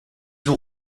ont